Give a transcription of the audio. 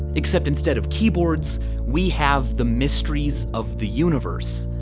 except instead of keyboards we have the mysteries of the universe.